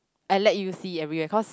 and let you see everywhere cause